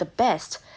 the best